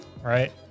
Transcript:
right